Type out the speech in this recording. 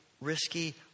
risky